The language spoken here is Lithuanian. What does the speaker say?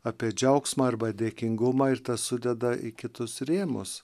apie džiaugsmą arba dėkingumą ir sudeda į kitus rėmus